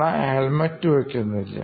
എന്നാൽ ഹെൽമറ്റ് വയ്ക്കുന്നില്ല